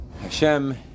Hashem